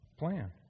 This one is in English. plan